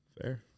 Fair